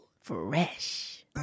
Fresh